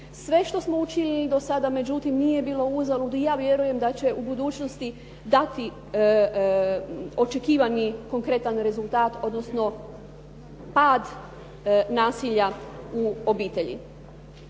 Sve što smo učinili do sada, međutim nije bilo uzalud i ja vjerujem da će u budućnosti dati očekivani konkretan rezultat, odnosno pad nasilja u obitelji.